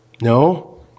No